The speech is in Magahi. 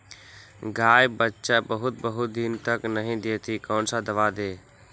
गाय बच्चा बहुत बहुत दिन तक नहीं देती कौन सा दवा दे?